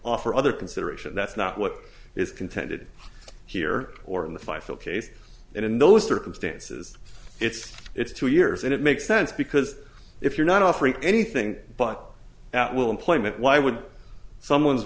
offer other consideration that's not what is contended here or in the fyfield case and in those circumstances it's it's two years and it makes sense because if you're not offering anything but at will employment why would someone